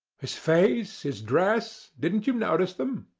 his face his dress didn't you notice them?